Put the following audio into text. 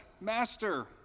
Master